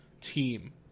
team